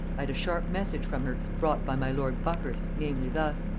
i had a sharp message from her, brought by my lord buckhurst, namely thus.